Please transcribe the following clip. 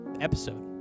episode